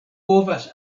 povas